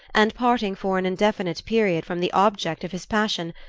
and parting for an indefinite period from the object of his passion,